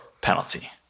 penalty